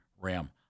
Ram